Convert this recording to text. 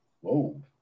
Whoa